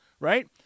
Right